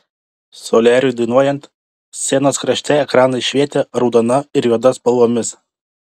soliariui dainuojant scenos krašte ekranai švietė raudona ir juoda spalvomis